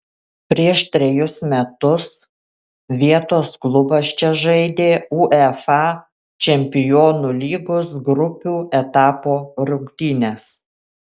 prieš trejus metus vietos klubas čia žaidė uefa čempionų lygos grupių etapo rungtynes